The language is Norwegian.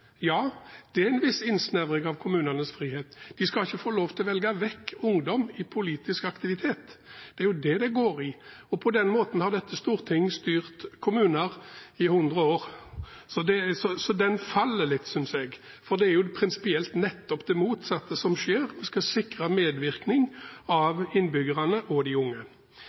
Ja, det er en viss innsnevring av kommunenes frihet, de skal ikke få lov til å velge vekk ungdom i politisk aktivitet. Det er det det går i. Og på den måten har dette storting styrt kommuner i hundre år. Så det faller litt, synes jeg, for det er prinsipielt nettopp det motsatte som skjer – vi skal sikre medvirkning fra innbyggerne, også fra de unge.